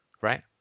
right